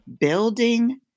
building